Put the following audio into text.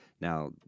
Now